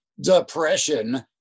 depression